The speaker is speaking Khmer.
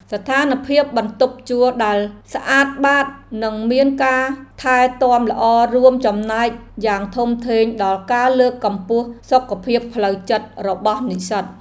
ស្ថានភាពបន្ទប់ជួលដែលស្អាតបាតនិងមានការថែទាំល្អរួមចំណែកយ៉ាងធំធេងដល់ការលើកកម្ពស់សុខភាពផ្លូវចិត្តរបស់និស្សិត។